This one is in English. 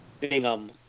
Bingham